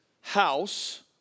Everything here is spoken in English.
house